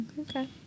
okay